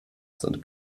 sind